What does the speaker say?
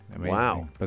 Wow